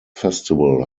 festival